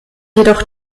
jedoch